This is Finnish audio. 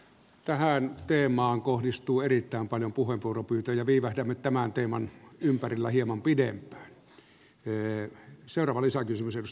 tähän teemaan kohdistuu erittäin paljon puheenvuoropyyntöjä ja viivähdämme tämän teeman ympärillä hieman pidempään